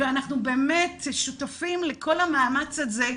אנחנו באמת שותפים לכל המאמץ הזה,